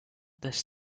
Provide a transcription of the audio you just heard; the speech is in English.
this